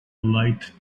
light